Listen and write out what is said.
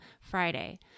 Friday